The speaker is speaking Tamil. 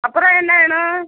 அப்புறோம் என்ன வேணும்